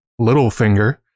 Littlefinger